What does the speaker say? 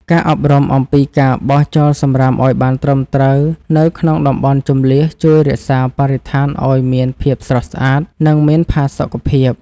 ការអប់រំអំពីការបោះចោលសម្រាមឱ្យបានត្រឹមត្រូវនៅក្នុងតំបន់ជម្លៀសជួយរក្សាបរិស្ថានឱ្យមានភាពស្រស់ស្អាត និងមានផាសុកភាព។